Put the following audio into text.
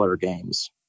Games